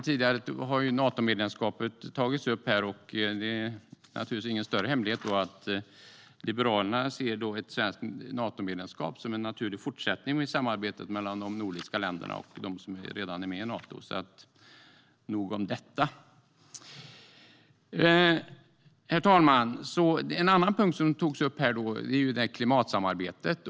Tidigare har ju Natomedlemskapet tagits upp här, och det är naturligtvis ingen större hemlighet att Liberalerna ser ett svenskt Natomedlemskap som en naturlig fortsättning på samarbetet mellan de nordiska länderna och dem som redan är med i Nato. Nog om detta. Herr talman! En annan punkt som togs upp här är klimatsamarbetet.